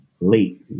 Late